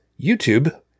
YouTube